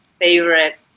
favorite